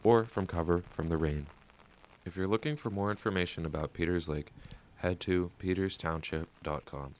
from cover from the rain if you're looking for more information about peter's lake had to peter's township dot com